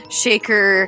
shaker